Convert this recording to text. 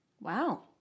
Wow